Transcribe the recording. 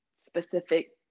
specific